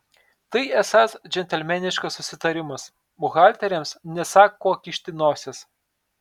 tai esąs džentelmeniškas susitarimas buhalteriams nesą ko kišti nosies